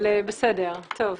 אבל בסדר, טוב.